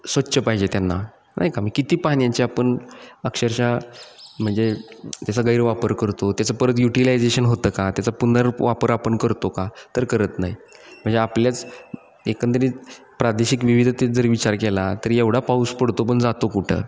स्वच्छ पाहिजे त्यांना नाही का म किती पाण्याची आपण अक्षरशः म्हणजे त्याचा गैरवापर करतो त्याचं परत युटिलायझेशन होतं का त्याचा पुनर्वापर आपण करतो का तर करत नाही म्हणजे आपल्याच एकंदरीत प्रादेशिक विविधतेत जर विचार केला तरी एवढा पाऊस पडतो पण जातो कुठं